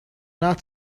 not